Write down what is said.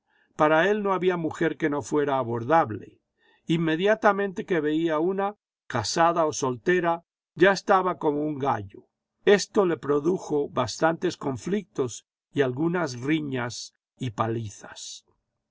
para él no había mujer que no fuera abordable inmediatamente que veía una casada o soltera ya estaba como un gallo esto le produjo bastantes conflictos y algunas riñas y palizas